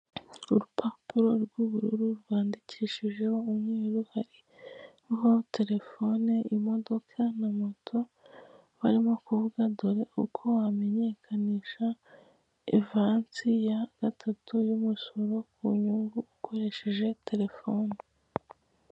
Urupapuro rw'ubururu rwandikishijeho umweru hariho terefone, imodoka na moto barimo kuvuga dore uko wamenyekanisha ivansi ya gatatu y'umusoro ku nyungu ukoresheje terefone.